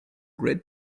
great